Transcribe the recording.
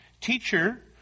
Teacher